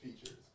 features